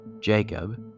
Jacob